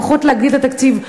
לפחות להגדיל את התקציב,